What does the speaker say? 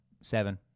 seven